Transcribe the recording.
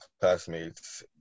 classmates